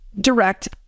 direct